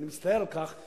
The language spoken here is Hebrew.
ואני מצטער על כך,